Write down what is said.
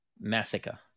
Massacre